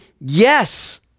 yes